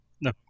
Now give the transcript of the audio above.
No